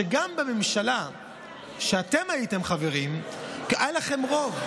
שגם בממשלה שאתם הייתם חברים בה היה לכם רוב,